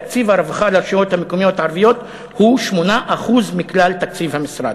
תקציב הרווחה לרשויות הערביות המקומיות הוא 8% מכלל תקציב המשרד.